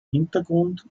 hintergrund